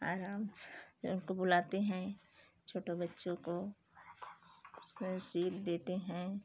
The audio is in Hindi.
आराम फिर उनको बुलाते हैं छोटो बच्चों को फिर सीख देते हैं